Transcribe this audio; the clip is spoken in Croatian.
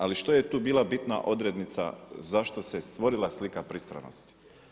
Ali što je tu bila bitna odrednica zašto se stvorila slika pristranosti?